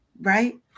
Right